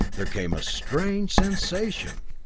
there came a strange sensation!